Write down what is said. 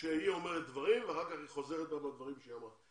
כשהיא אומרת דברים ואחר כך היא חוזרת בה מהדברים שהיא אמרה.